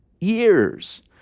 years